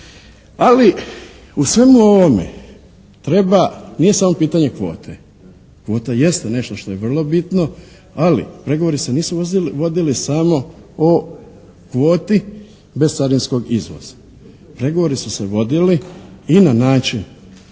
Ali u svemu ovome treba, nije samo pitanje kvote. Kvota jeste nešto što je jako bitno, ali pregovori se nisu vodili samo o kvoti bez carinskog izvoza. Pregovori su se vodili i na način